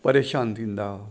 परेशान थींदा